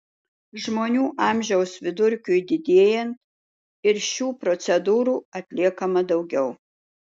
žmonių amžiaus vidurkiui didėjant ir šių procedūrų atliekama daugiau